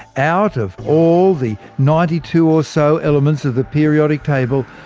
out of all the ninety two or so elements of the periodic table,